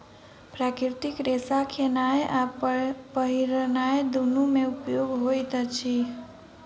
प्राकृतिक रेशा खेनाय आ पहिरनाय दुनू मे उपयोग होइत अछि